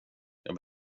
jag